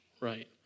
right